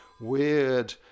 weird